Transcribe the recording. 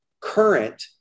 current